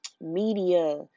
media